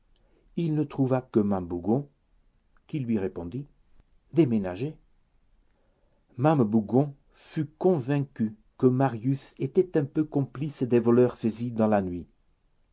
il ne trouva que mame bougon qui lui répondit déménagé mame bougon fut convaincue que marius était un peu complice des voleurs saisis dans la nuit